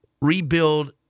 rebuild